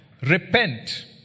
repent